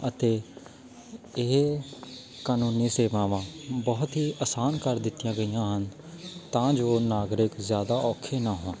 ਅਤੇ ਇਹ ਕਾਨੂੰਨੀ ਸੇਵਾਵਾਂ ਬਹੁਤ ਹੀ ਆਸਾਨ ਕਰ ਦਿੱਤੀਆਂ ਗਈਆਂ ਹਨ ਤਾਂ ਜੋ ਨਾਗਰਿਕ ਜ਼ਿਆਦਾ ਔਖੇ ਨਾ ਹੋਣ